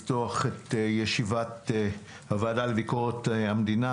אני מתכבד לפתוח את ישיבת הוועדה לביקורת המדינה,